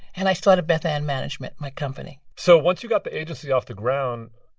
and i started bethann management, my company so once you got the agency off the ground,